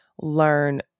learn